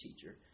teacher